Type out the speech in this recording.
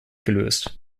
gelöst